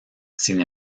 sin